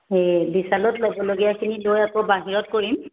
সেই বিশালত ল'বলগীয়াখিনি লৈ আকৌ বাহিৰত কৰিম